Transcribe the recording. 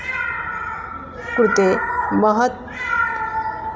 कृते महत्